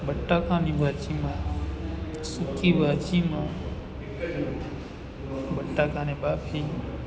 બટાકાની ભાજીમાં સૂકી ભાજીમાં બટાકાને બાફી